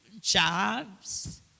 jobs